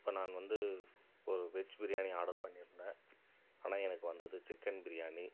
இப்போ நான் வந்து ஒரு வெஜ் பிரியாணி ஆர்டர் பண்ணி இருந்தேன் ஆனால் எனக்கு வந்தது சிக்கன் பிரியாணி